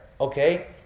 okay